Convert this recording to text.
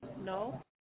no